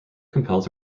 compelled